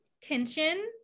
tension